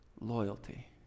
Loyalty